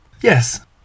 Yes